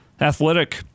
athletic